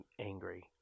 angry